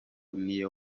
ninayo